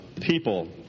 people